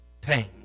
pain